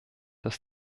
dass